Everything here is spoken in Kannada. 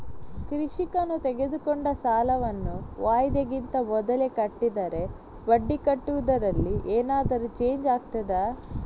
ಕೃಷಿಕನು ತೆಗೆದುಕೊಂಡ ಸಾಲವನ್ನು ವಾಯಿದೆಗಿಂತ ಮೊದಲೇ ಕಟ್ಟಿದರೆ ಬಡ್ಡಿ ಕಟ್ಟುವುದರಲ್ಲಿ ಏನಾದರೂ ಚೇಂಜ್ ಆಗ್ತದಾ?